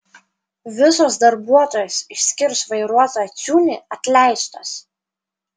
visos darbuotojos išskyrus vairuotoją ciūnį atleistos